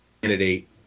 candidate